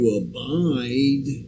abide